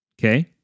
Okay